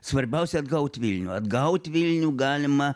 svarbiausia atgaut vilnių atgaut vilnių galima